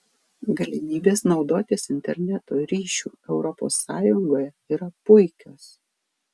galimybės naudotis interneto ryšiu europos sąjungoje yra puikios